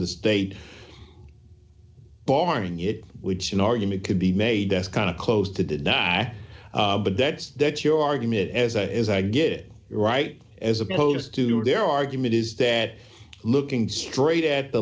the state barring it which an argument could be made that's kind of close to did not but that's that your argument as a as i get it right as opposed to their argument is that looking straight at the